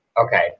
okay